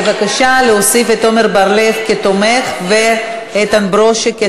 חברי כנסת, אין מתנגדים, אין נמנעים.